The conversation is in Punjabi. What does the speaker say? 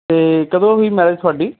ਅਤੇ ਕਦੋਂ ਹੋਈ ਮੈਰਿਜ ਤੁਹਾਡੀ